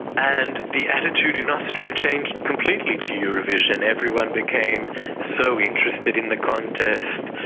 and the attitude in austria changed completely to eurovision. everyone became so interested in the contest,